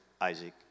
Isaac